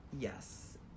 yes